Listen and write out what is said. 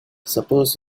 suppose